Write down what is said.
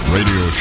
Radio